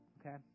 Okay